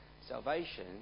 salvation